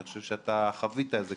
אני חושב שחווית את זה,